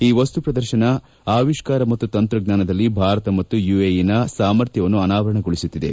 ಈ ವಸ್ತು ಪ್ರದರ್ಶನ ಆವಿಷ್ಕಾರ ಮತ್ತು ತಂತ್ರಜ್ಞಾನದಲ್ಲಿ ಭಾರತ ಮತ್ತು ಯುಎಇನ ಸಾಮರ್ಥ್ಯವನ್ನು ಅನಾವರಣಗೊಳಿಸುತ್ತಿದೆ